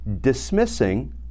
dismissing